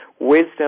wisdom